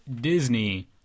Disney